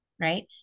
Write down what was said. right